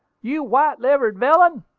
you white-livered villain!